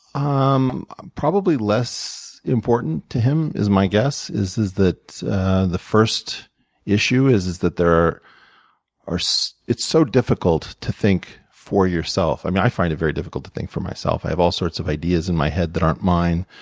um probably less important to him, is my guess, is is that the first issue is is that there are so it's so difficult to think for yourself. i mean, i find it very difficult to think for myself. i have all sorts of ideas in my head that aren't mine.